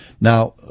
Now